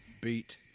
beat